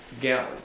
Gallon